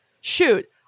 Shoot